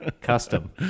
Custom